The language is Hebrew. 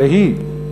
"והיא"?